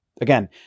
again